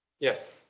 Yes